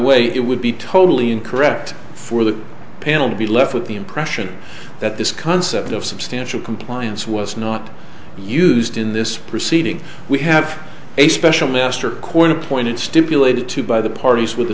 would be totally incorrect for the panel to be left with the impression that this concept of substantial compliance was not used in this proceeding we have a special master court appointed stipulated to by the parties with the